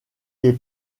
des